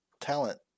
talent